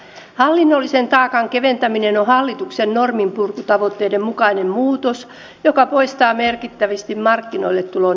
hallinnollisen taakan keventäminen on hallituksen norminpurkutavoitteiden mukainen muutos joka poistaa merkittävästi markkinoille tulon esteitä